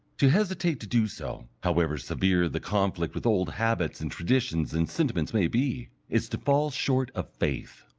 to hesitate to do so, however severe the conflict with old habits and traditions and sentiments may be, is to fall short of faith.